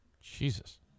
Jesus